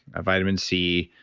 vitamin c,